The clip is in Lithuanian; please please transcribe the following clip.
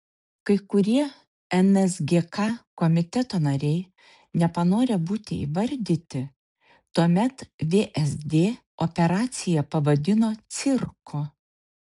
kai kurie nsgk komiteto nariai nepanorę būti įvardyti tuomet vsd operaciją pavadino cirku